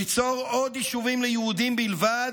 ליצור עוד יישובים ליהודים בלבד,